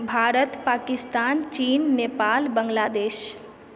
भारत पाकिस्तान चीन नेपाल बांग्लादेश